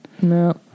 No